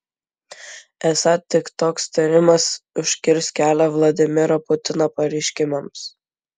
esą tik toks tyrimas užkirs kelią vladimiro putino pareiškimams